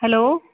hello